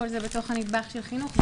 כל זה בתוך הנדבך של חינוך,